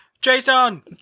Jason